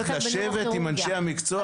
זו אמירה אחרת, לשבת עם אנשי המקצוע.